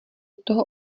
toho